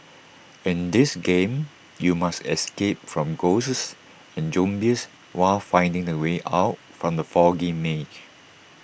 in this game you must escape from ghosts and zombies while finding the way out from the foggy maze